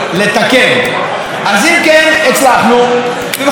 אז אם כן, הצלחנו וחייבים בוודאי לומר,